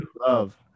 love